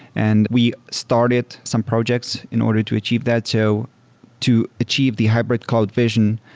and we started some projects in order to achieve that. so to achieve the hybrid cloud vision,